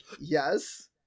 yes